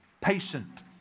patient